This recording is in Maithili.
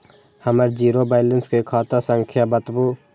हमर जीरो बैलेंस के खाता संख्या बतबु?